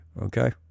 Okay